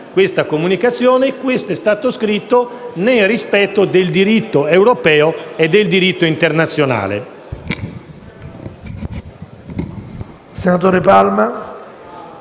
questa comunicazione, scritta nel rispetto del diritto europeo e del diritto internazionale.